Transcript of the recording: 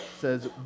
says